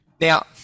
Now